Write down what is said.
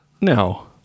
No